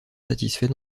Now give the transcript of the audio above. satisfait